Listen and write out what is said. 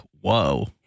whoa